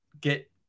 get